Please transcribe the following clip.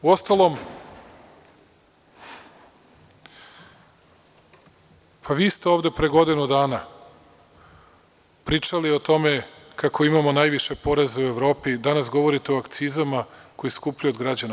Uostalom, pa vi ste ovde pre godinu dana pričali o tome kako imamo najviše poreza u Evropi i danas govorite o akcizama koje skupljaju od građana.